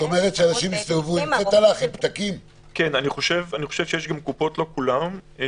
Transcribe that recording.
אני חושב שיש קופות חולים,